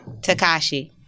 Takashi